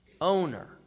owner